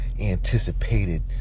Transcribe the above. anticipated